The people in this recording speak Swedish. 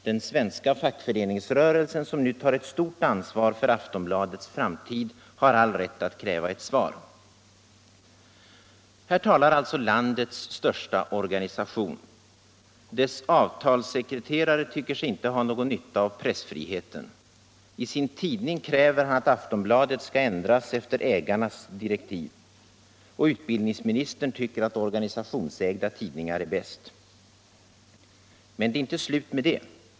Den svenska fackföreningsrörelsen, som nu tar ett stort ansvar för Aftonbladets framtid, har all rätt att kräva ett svar.” Här talar alltså landets största organisation. Dess avtalssekreterare tycker sig inte ha någon nytta av pressfriheten. I sin tidning kräver man att Aftonbladet skall ändras efter ägarnas direktiv. Och utbildningsministern tycker att organisationsägda tidningar är bäst. Men det är inte slut med detta.